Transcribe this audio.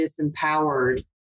disempowered